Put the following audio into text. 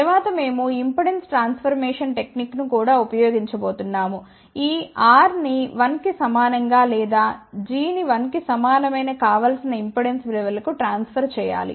తరువాత మేము impedance transformation technique ను కూడా ఉపయోగించబోతున్నాము ఈ R ని 1 కి సమానం గా లేదా g ని 1 కి సమానమైన కావలసిన ఇంపెడెన్స్ విలువలకు ట్రాన్ఫర్ చేయాలి